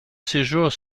séjour